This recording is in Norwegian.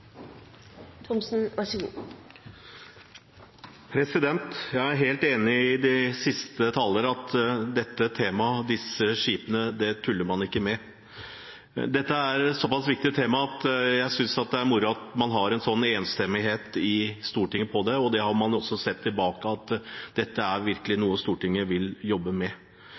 helt enig med de siste talere i at dette temaet, disse skipene, det tuller man ikke med. Dette er et såpass viktig tema at jeg synes det er moro at man har en sånn enstemmighet i Stortinget om det, og det har man jo også sett tidligere at dette virkelig er